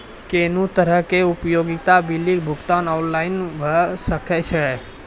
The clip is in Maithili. कुनू तरहक उपयोगिता बिलक भुगतान ऑनलाइन भऽ सकैत छै?